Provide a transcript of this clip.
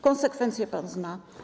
Konsekwencje pan zna.